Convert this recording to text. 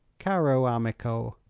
caro amico?